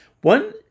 One